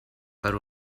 per